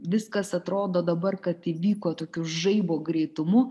viskas atrodo dabar kad įvyko tokiu žaibo greitumu